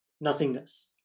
nothingness